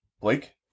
Blake